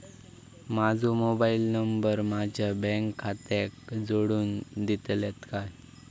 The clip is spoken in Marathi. माजो मोबाईल नंबर माझ्या बँक खात्याक जोडून दितल्यात काय?